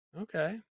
Okay